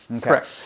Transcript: Correct